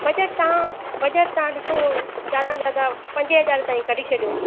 budget तहां budget तव्हां ॾिसो ज्यादा से ज्यादा पंजे हज़ार ताईं कढी छॾियो